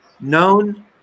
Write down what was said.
Known